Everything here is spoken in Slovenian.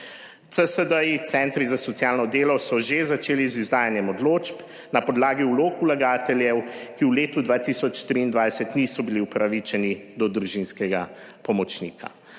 CSD-ji, Centri za socialno delo so že začeli z izdajanjem odločb na podlagi vlog vlagateljev, ki v letu 2023 niso bili upravičeni do družinskega pomočnika,